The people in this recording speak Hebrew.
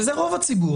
וזה רוב הציבור.